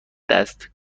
دست